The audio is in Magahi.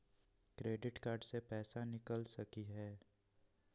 क्रेडिट कार्ड से पैसा निकल सकी हय?